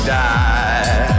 die